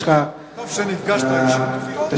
יש לך שלוש דקות.